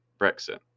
brexit